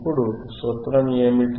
ఇప్పుడు సూత్రం ఏమిటి